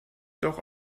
doch